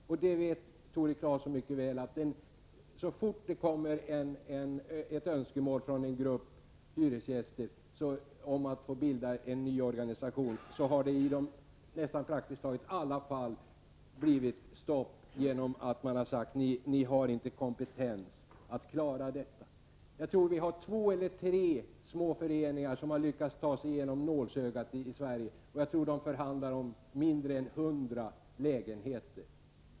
Tore Claeson vet mycket väl att det i praktiskt taget samtliga fall där det har kommit fram önskemål från en grupp av hyresgäster om att få bilda en ny organisation har blivit stopp för detta, på grund av det att har hävdats att de inte har kompetens att klara uppgiften. Det är bara två eller tre små föreningar i Sverige som har lyckats ta sig igenom nålsögat, och de förhandlar beträffande mindre än hundra lägenheter.